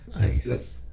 Nice